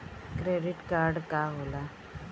Credit card का होला?